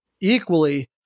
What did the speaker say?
equally